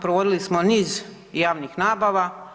Provodili smo niz javnih nabava.